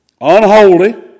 Unholy